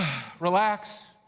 relax,